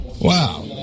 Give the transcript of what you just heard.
Wow